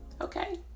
Okay